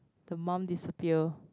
the mum disappear